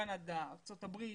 קנדה, ארצות הברית